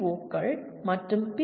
ஓக்கள் மற்றும் பி